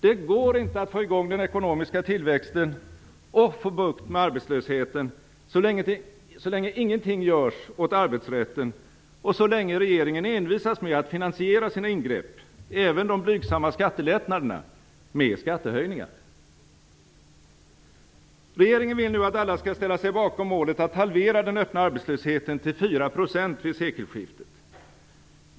Det går inte att få i gång den ekonomiska tillväxten och få bukt med arbetslösheten så länge ingenting görs åt arbetsrätten och så länge regeringen envisas med att finansiera sina ingrepp - även de blygsamma skattelättnaderna - med skattehöjningar. Regeringen vill nu att alla skall ställa sig bakom målet att halvera den öppna arbetslösheten till 4 % vid sekelskiftet.